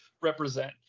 represent